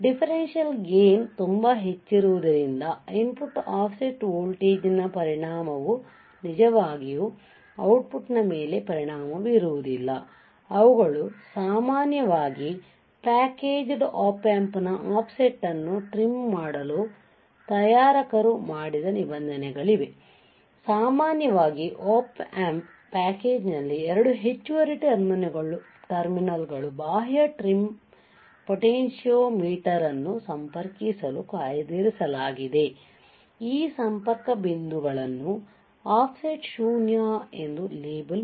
differential gain ತುಂಬಾ ಹೆಚ್ಚಿರುವುದರಿಂದ input offset ವೋಲ್ಟೇಜ್ನ ಪರಿಣಾಮವು ನಿಜವಾಗಿಯೂ ಔಟ್ಪುಟ್ನ ಮೇಲೆ ಪರಿಣಾಮ ಬೀರುವುದಿಲ್ಲ ಅವುಗಳು ಸಾಮಾನ್ಯವಾಗಿ ಪ್ಯಾಕೇಜ್ಡ್Op Amp ನ ಆಫ್ಸೆಟ್ ಅನ್ನು ಟ್ರಿಮ್ ಮಾಡಲು ತಯಾರಕರು ಮಾಡಿದ ನಿಬಂಧನೆಗಳಾಗಿವೆ ಸಾಮಾನ್ಯವಾಗಿ Op Amp ಪ್ಯಾಕೇಜ್ನಲ್ಲಿ 2 ಹೆಚ್ಚುವರಿ ಟರ್ಮಿನಲ್ಗಳು ಬಾಹ್ಯ ಟ್ರಿಮ್ ಪೊಟೆನ್ಟಿಯೊಮೀಟರ್ ಅನ್ನು ಸಂಪರ್ಕಿಸಲು ಕಾಯ್ದಿರಿಸಲಾಗಿದೆ ಈ ಸಂಪರ್ಕ ಬಿಂದುಗಳನ್ನು ಆಫ್ಸೆಟ್ ಶೂನ್ಯ ಎಂದು ಲೇಬಲ್offset null